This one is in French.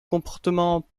comportement